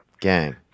gang